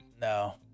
No